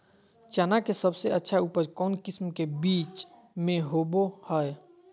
चना के सबसे अच्छा उपज कौन किस्म के बीच में होबो हय?